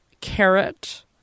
carrot